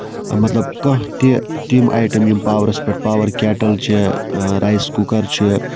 مطلب تۄہہ تہِ مطلب تِم آیٹَم یِم پاورَس پٮ۪ٹھ پاور کیٹَل چھےٚ رایِس کُکَر چھُ